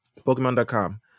pokemon.com